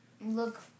look